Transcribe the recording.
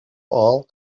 all